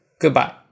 Goodbye